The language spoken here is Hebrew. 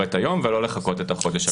שקורית היום ולא לחכות את החודש הקרוב.